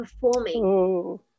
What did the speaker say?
performing